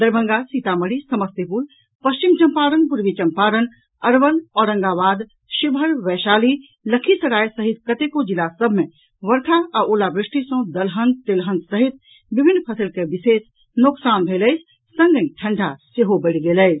दरभंगा सीतामढ़ी समस्तीपुर पश्चिम चंपारण पूर्वी चंपारण अरवल औरंगाबाद शिवहर वैशाली लखीसराय सहित कतेको जिला सभ मे बर्षा आ ओलावृष्टि सॅ दलहन तेलहन सहित विभिन्न फसलि के विशेष नोकसान भेल अछि संगहि ठंडा सेहो बढ़ि गेल अछि